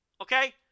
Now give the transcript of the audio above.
Okay